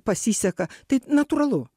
pasiseka tai natūralu